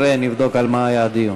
נבדוק ונראה על מה היה הדיון.